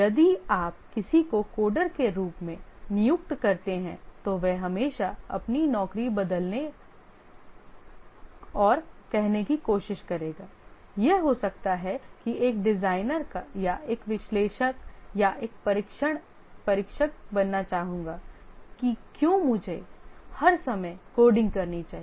यदि आप किसी को कोडर के रूप में नियुक्त करते हैं तो वह हमेशा अपनी नौकरी बदलने और कहने की कोशिश करेगा यह हो सकता है कि मैं एक डिजाइनर या एक विश्लेषक या एक परीक्षक बनना चाहूंगा कि क्यों मुझे हर समय कोडिंग करनी चाहिए